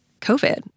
COVID